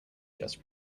just